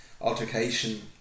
altercation